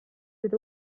with